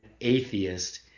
atheist